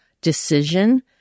decision